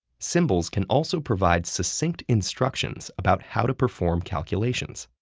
symbols can also provide succinct instructions about how to perform calculations.